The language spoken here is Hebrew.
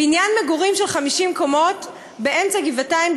בניין מגורים של 50 קומות באמצע גבעתיים,